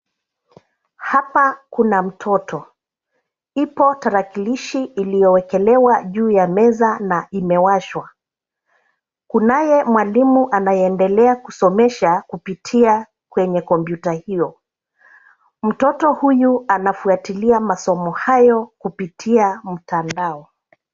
Hapa kuna mtoto. Ipo tarakilishi iliyowekelewa juu ya meza na imewashwa, kunaye mwalimu anayeedelea kusomesha kupitia kwenye kompyuta hio. Mtoto uyu anafuatilia masomo hayo kupitia mtandao.